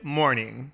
morning